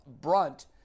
brunt